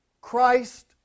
Christ